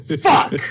Fuck